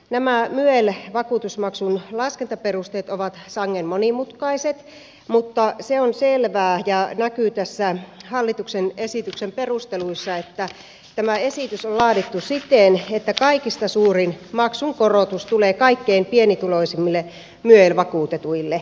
nämä myel vakuutusmaksun laskentaperusteet ovat sangen monimutkaiset mutta se on selvää ja näkyy tässä hallituksen esityksen perusteluissa että tämä esitys on laadittu siten että kaikista suurin maksunkorotus tulee kaikkein pienituloisimmille myel vakuutetuille